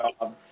job